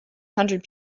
hundred